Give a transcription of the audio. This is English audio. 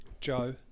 joe